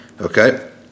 Okay